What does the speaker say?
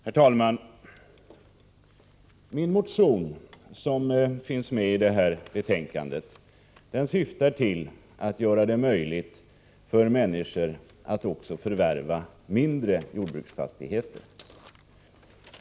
Herr talman! I det här betänkandet behandlas bl.a. en motion som jag har väckt. Mina förslag i motionen syftar till att göra det möjligt för människor att förvärva även mindre jordbruksfastigheter.